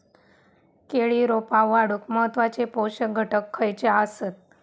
केळी रोपा वाढूक महत्वाचे पोषक घटक खयचे आसत?